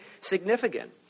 significant